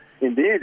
indeed